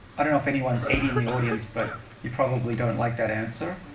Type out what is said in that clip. i don't know if anyone's eighty in the audience, but you probably don't like that answer.